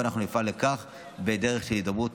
ואנחנו נפעל לכך בדרך של הידברות.